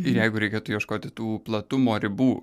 jeigu reikėtų ieškoti tų platumo ribų